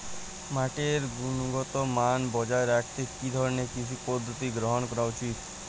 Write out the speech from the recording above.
মাটির গুনগতমান বজায় রাখতে কি ধরনের কৃষি পদ্ধতি গ্রহন করা উচিৎ?